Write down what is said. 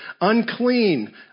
unclean